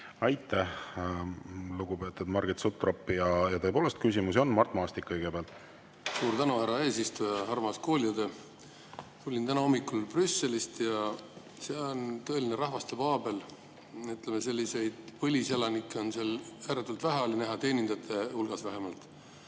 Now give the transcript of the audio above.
Aitäh, lugupeetud Margit Sutrop! Ja tõepoolest, küsimusi on. Mart Maastik kõigepealt. Suur tänu, härra eesistuja! Armas kooliõde! Tulin täna hommikul Brüsselist ja seal on tõeline rahvaste paabel. Põliselanikke on seal ääretult vähe näha, teenindajate hulgas vähemalt.